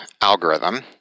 algorithm